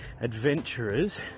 adventurers